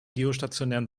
geostationären